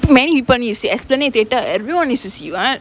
many people needs to see the esplanade theatre everyone needs to see [what]